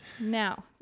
Now